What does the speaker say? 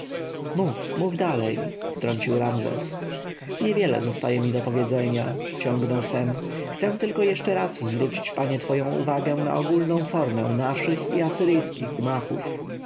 mów mów dalej wtrącił ramzes niewiele zostaje mi do powiedzenia ciągnął sem chcę tylko jeszcze zwrócić panie twoją uwagę na ogólną formę naszych i